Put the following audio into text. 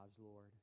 Lord